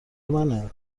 منه